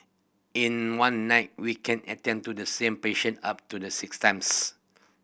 in one night we can attend to the same patient up to the six times